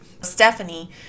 Stephanie